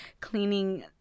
cleaning